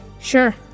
Sure